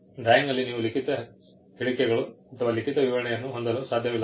ಡ್ರಾಯಿಂಗ್ನಲ್ಲಿ ನೀವು ಲಿಖಿತ ಹೇಳಿಕೆಗಳು ಅಥವಾ ಲಿಖಿತ ವಿವರಣೆಯನ್ನು ಹೊಂದಲು ಸಾಧ್ಯವಿಲ್ಲ